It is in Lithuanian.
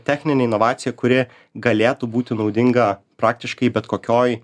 techninę inovaciją kuri galėtų būti naudinga praktiškai bet kokioj